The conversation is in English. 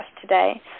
today